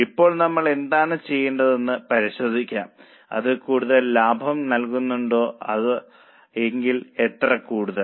ഇപ്പോൾ നമ്മൾ എന്താണ് ചെയ്തതെന്ന് പരിശോധിക്കാം അത് കൂടുതൽ ലാഭം നൽകുന്നുണ്ടോ അതെ എങ്കിൽ എത്ര കൂടുതൽ